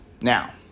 Now